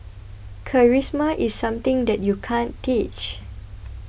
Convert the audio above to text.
charisma is something that you can't teach